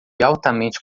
altamente